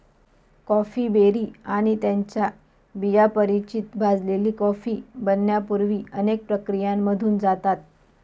coffee berry आणि त्यांच्या बिया परिचित भाजलेली कॉफी बनण्यापूर्वी अनेक प्रक्रियांमधून जातात